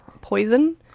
Poison